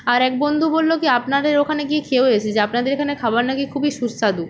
আর এক বন্ধু বলল কী আপনাদের ওখানে গিয়ে খেয়েও এসেছে আপনাদের এখানে খাবার নাকি খুবই সুস্বাদু